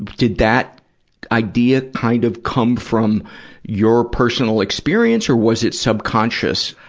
did that idea kind of come from your personal experience or was it subconscious?